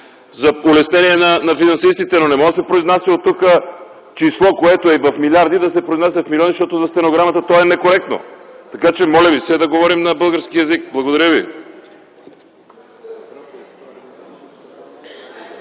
за улеснение на финансистите. Не може да се произнася оттук число, което е в милиарди, в милиони, защото за стенограмата то е некоректно. Моля ви се да говорим на български език. Благодаря ви.